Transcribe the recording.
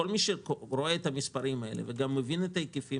כל מי שרואה את המספרים האלה וגם מבין את ההיקפים